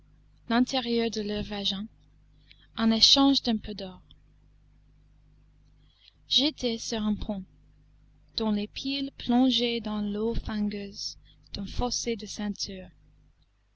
l'intérieur de leur vagin en échange d'un peu d'or j'étais sur un pont dont les piles plongeaient dans l'eau fangeuse d'un fossé de ceinture